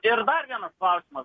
ir dar vienas klausimas